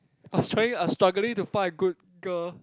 I was trying I struggling to find a good girl